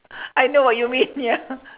I know what you mean ya